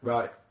Right